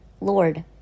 Lord